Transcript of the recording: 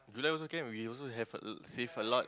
July also can we also have save a lot